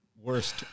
Worst